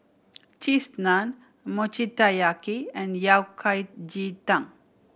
Cheese Naan Mochi Taiyaki and Yao Cai ji tang